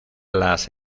las